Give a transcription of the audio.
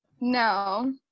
No